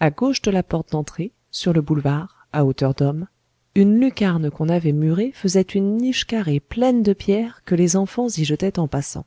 à gauche de la porte d'entrée sur le boulevard à hauteur d'homme une lucarne qu'on avait murée faisait une niche carrée pleine de pierres que les enfants y jetaient en passant